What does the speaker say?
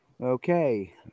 Okay